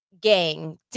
gang